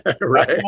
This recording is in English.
Right